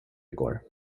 går